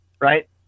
right